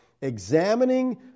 examining